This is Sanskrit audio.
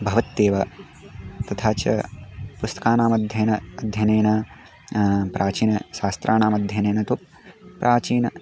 भवत्येव तथा च पुस्त्कानामध्ययनेन अध्ययनेन प्राचीनशास्त्राणामध्ययनेन तु प्राचीनस्य